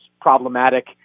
problematic